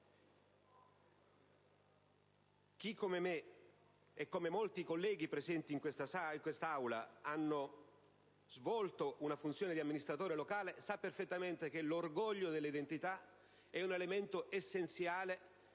Chi come me, e come molti colleghi presenti in quest'Aula, ha svolto una funzione di amministratore locale, sa perfettamente che l'orgoglio dell'identità è un elemento essenziale